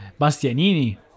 Bastianini